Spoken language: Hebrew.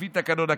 לפי תקנון הכנסת.